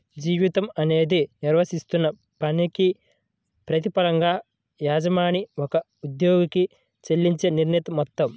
జీతం అనేది నిర్వర్తించిన పనికి ప్రతిఫలంగా యజమాని ఒక ఉద్యోగికి చెల్లించే నిర్ణీత మొత్తం